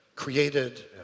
created